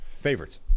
Favorites